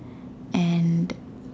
and